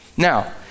Now